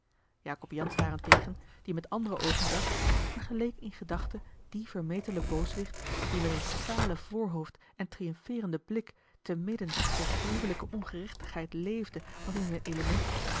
jacob jansz daarentegen die met andere oogen zag vergeleek in gedachte dien vermetelen booswicht die met een stalen voorhoofd en triumfeerenden blik te midden der gruwelijke ongerechtigheid leefde als in zijn element